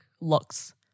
looks